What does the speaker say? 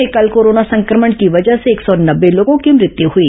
प्रदेश में कल कोरोना संक्रमण की वजह से एक सौ नब्बे लोगों की मृत्यु हुई